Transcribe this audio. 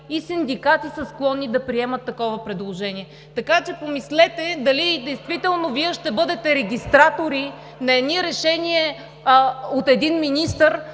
и синдикати са склонни да приемат такова предложение. Помислете дали действително Вие ще бъдете регистратори на едни решения от един министър,